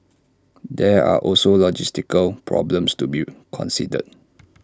there are also logistical problems to be considered